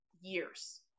years